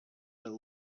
that